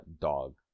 dog